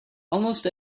almost